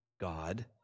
God